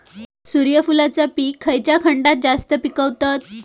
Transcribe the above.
सूर्यफूलाचा पीक खयच्या खंडात जास्त पिकवतत?